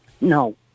No